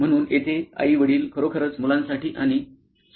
म्हणून येथे आई वडील खरोखरच मुलांसाठी आणि स्वत साठी लंच पॅक करतात